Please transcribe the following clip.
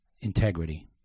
integrity